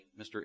Mr